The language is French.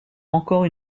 encore